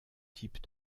types